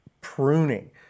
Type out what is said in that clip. pruning